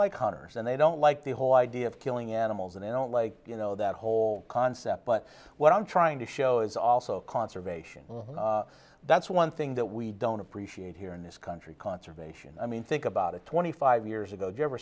like honors and they don't like the whole idea of killing animals and i don't like you know that whole concept but what i'm trying to show is also conservation that's one thing that we don't appreciate here in this country conservation i mean think about it twenty five years ago